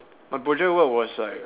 my project work was like